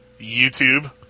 YouTube